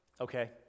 okay